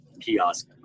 kiosk